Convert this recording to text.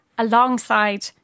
alongside